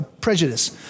prejudice